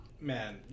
man